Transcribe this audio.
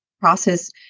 process